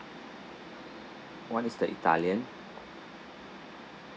one is the italian